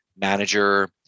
manager